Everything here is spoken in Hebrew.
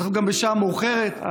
אנחנו גם בשעה מאוחרת,